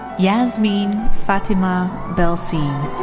yasmeen fatima belhseine.